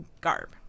garb